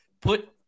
Put